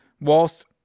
whilst